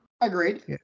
Agreed